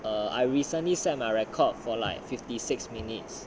err I recently set my record for like fifty six minutes